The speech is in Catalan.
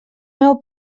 meu